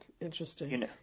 Interesting